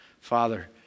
Father